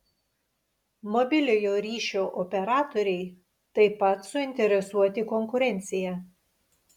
mobiliojo ryšio operatoriai taip pat suinteresuoti konkurencija